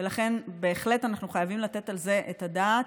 ולכן בהחלט אנחנו חייבים לתת על זה את הדעת.